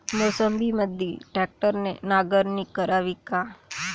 मोसंबीमंदी ट्रॅक्टरने नांगरणी करावी का?